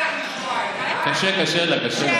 יוליה, קשה לך לשמוע את זה, קשה, קשה לה, קשה לה.